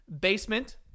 Basement